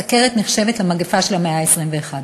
הסוכרת נחשבת למגפה של המאה ה-21.